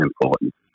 important